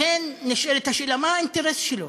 לכן נשאלת השאלה, מה האינטרס שלו?